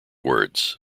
words